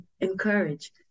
encourage